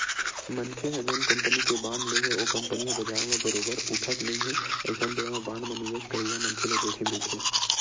मनखे ह जउन कंपनी के बांड ले हे ओ कंपनी ह बजार म बरोबर उठत नइ हे अइसन बेरा म बांड म निवेस करइया मनखे ल जोखिम रहिथे